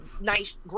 nice